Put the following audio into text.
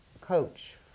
coach